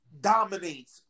dominates